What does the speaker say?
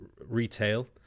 retail